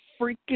freaking